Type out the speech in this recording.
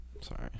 Sorry